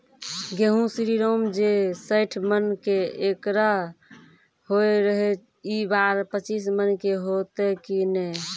गेहूँ श्रीराम जे सैठ मन के एकरऽ होय रहे ई बार पचीस मन के होते कि नेय?